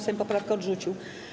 Sejm poprawkę odrzucił.